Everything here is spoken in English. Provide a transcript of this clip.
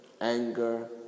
anger